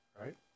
right